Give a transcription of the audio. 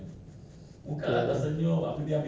macam mana tu kau handle aku pun sorry for you ah but